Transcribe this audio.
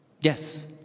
Yes